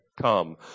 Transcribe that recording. come